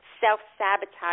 self-sabotage